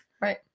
Right